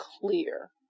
clear